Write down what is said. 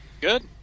good